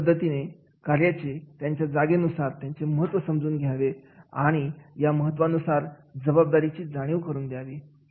आणि अशा पद्धतीने कार्याची त्याच्या जागेनुसार त्याचे महत्त्व समजून घ्यावे आणि या महत्त्वअनुसार जबाबदारीची जाणीव करून द्यावी